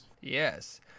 Yes